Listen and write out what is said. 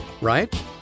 right